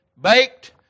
baked